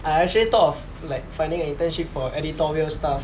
I actually thought of like finding internship for editorial staff